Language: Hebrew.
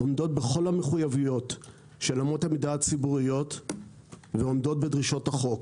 עומדות בכל המחויבויות של אמות המידה הציבוריות ועומדות בדרישות החוק.